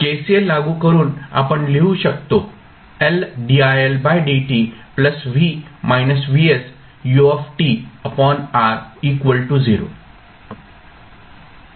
KCL लागू करून आपण लिहू शकतो